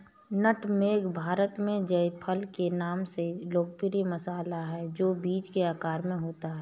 नट मेग भारत में जायफल के नाम से लोकप्रिय मसाला है, जो बीज के आकार में होता है